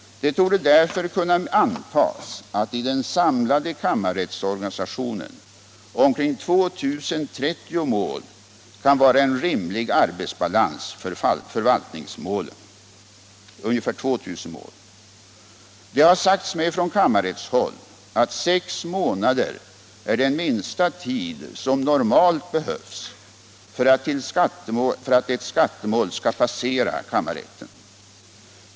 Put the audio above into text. Det torde därför kunna antagas att i den samlade kammarrättsorganisationen omkring 2000 mål kan vara en rimlig arbetsbalans för förvaltningsmålen. Det har sagts mig från kammarrättshåll att sex månader är den minsta tid som normalt behövs för att ett skattemål skall passera kammarrätten.